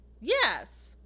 Yes